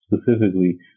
specifically